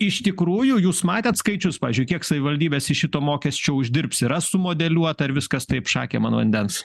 iš tikrųjų jūs matėt skaičius pavyzdžiui kiek savivaldybės iš šito mokesčio uždirbs yra sumodeliuota ir viskas taip šakėm an vandens